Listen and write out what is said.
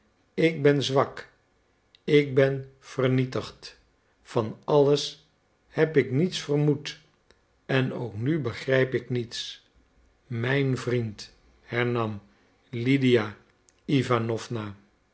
ik ben zwak ik ben vernietigd van alles heb ik niets vermoed en ook nu begrijp ik niets mijn vriend hernam lydia iwanowna